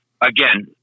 again